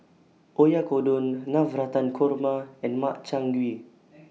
Oyakodon Navratan Korma and Makchang Gui